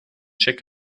check